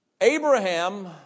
Abraham